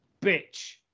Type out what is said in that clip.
bitch